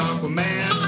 Aquaman